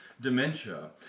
dementia